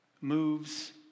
moves